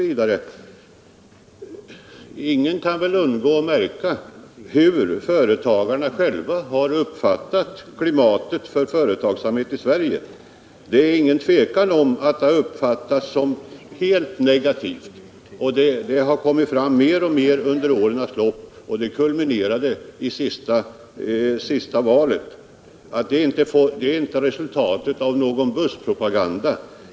Ingen kan väl undgå att märka hur företagarna själva har uppfattat företagsamhetsklimatet i Sverige. Det är ingen tvekan om att det har uppfattats som helt negativt. Detta har kommit fram mer och mer under årens lopp, och det kulminerade vid senaste valet. Det är inte resultatet av någon buskpropaganda.